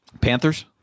Panthers